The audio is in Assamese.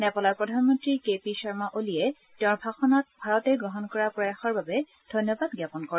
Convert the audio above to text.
নেপালৰ প্ৰধানমন্ত্ৰী কে পি শৰ্মা অলিয়ে তেওঁৰ ভাষণত ভাৰতে গ্ৰহণ কৰা প্ৰয়াসৰ বাবে ধন্যবাদ জ্ঞাপন কৰে